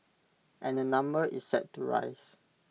and the number is set to rise